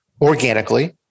organically